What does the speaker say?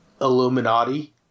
Illuminati